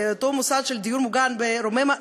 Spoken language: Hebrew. באותו מוסד של דיור מוגן ברוממה,